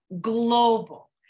global